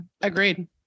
agreed